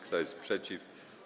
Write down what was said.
Kto jest przeciw?